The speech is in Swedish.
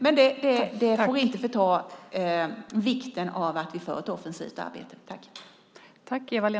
Men det förtar inte vikten av att vi gör ett offensivt arbete.